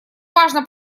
важно